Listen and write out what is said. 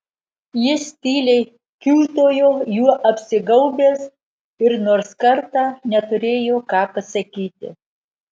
jis tyliai kiūtojo juo apsigaubęs ir nors kartą neturėjo ką pasakyti